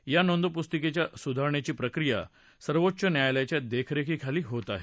या नोंदपुस्तिकेच्या सुधारणेची प्रक्रिया सर्वोच्च न्यायालयाच्या देखरेखीखाली होत आहे